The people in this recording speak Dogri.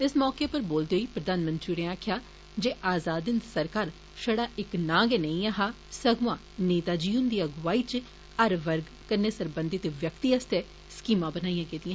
इस मौके उप्पर बोलदे होई प्रधानमंत्री होरें आक्खेआ जे आजाद हिन्द सरकार छड़ा इक ना गै नेई ऐहा सगुआ नेता जी हुन्दी अगुवाई च हर वर्गे कन्नै सरबंधित व्यक्ति आस्तै स्कीमा बनाइयां गेइया